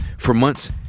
for months,